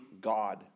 God